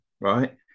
right